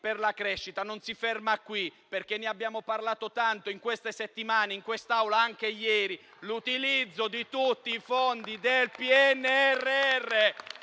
per la crescita non si ferma qui. Ne abbiamo parlato tanto in queste settimane in quest'Aula, anche ieri: l'utilizzo di tutti i fondi del PNRR